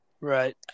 Right